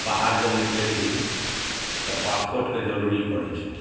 बाहर जब निकलै छी तब पासपोर्टके जरूरी पड़ैत छै